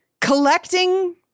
collecting